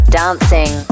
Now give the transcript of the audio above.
dancing